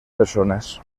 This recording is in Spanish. personas